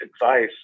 advice